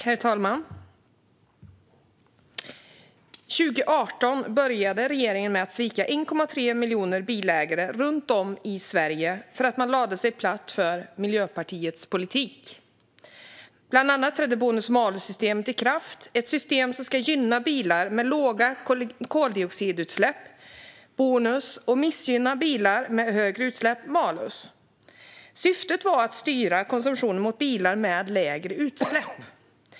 Herr talman! År 2018 började regeringen med att svika 1,3 miljoner bilägare runt om i Sverige för att man lade sig platt för Miljöpartiets politik. Bland annat trädde bonus-malus-systemet i kraft. Det är ett system som ska gynna bilar med låga koldioxidutsläpp - bonus - och missgynna bilar med högre utsläpp - malus. Syftet var att styra konsumtionen mot bilar med lägre utsläpp.